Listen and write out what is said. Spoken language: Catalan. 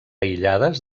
aïllades